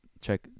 check